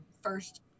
first